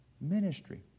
ministry